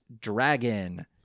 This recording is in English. Dragon